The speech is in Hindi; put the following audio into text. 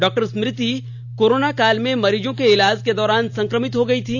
डॉक्टर स्मृति कोरोना काल में मरीजों के इलाज के दौरान संक्रमित हो गई थी